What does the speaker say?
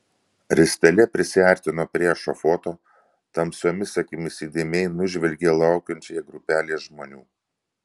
ristele prisiartino prie ešafoto tamsiomis akimis įdėmiai nužvelgė laukiančią grupelę žmonių